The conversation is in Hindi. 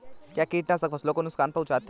क्या कीटनाशक फसलों को नुकसान पहुँचाते हैं?